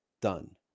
done